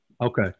Okay